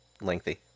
Lengthy